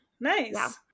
Nice